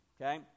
okay